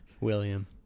William